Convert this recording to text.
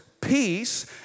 peace